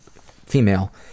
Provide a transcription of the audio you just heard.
female